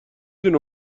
دونه